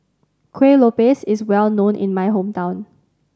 Kueh Lopes is well known in my hometown